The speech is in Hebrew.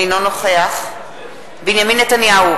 אינו נוכח בנימין נתניהו,